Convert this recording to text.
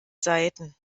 seiten